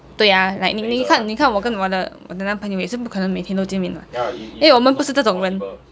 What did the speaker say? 对 ah like 你看你看我跟我的我的男朋友也是不可能每天都见面因为我们不是这种人